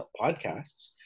podcasts